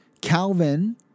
Calvin